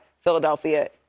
Philadelphia